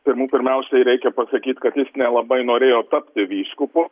pirmų pirmiausiai reikia pasakyt kad jis nelabai norėjo tapti vyskupu